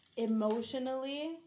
Emotionally